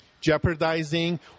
jeopardizing